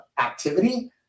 activity